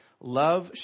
love